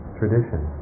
tradition